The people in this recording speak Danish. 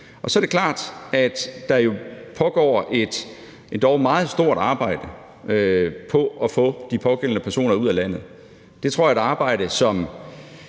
Og så er det klart, at der pågår et endog meget stort arbejde for at få de pågældende personer ud af landet. Det arbejde tror jeg har